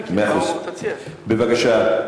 בבקשה.